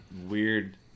weird